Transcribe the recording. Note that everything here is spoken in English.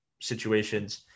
situations